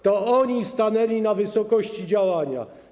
To oni stanęli na wysokości zadania.